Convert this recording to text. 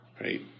Right